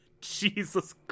Jesus